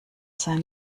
sein